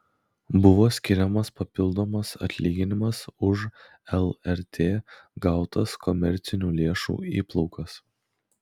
buvo skiriamas papildomas atlyginimas už lrt gautas komercinių lėšų įplaukas